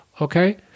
Okay